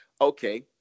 Okay